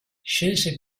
scelse